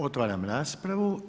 Otvaram raspravu.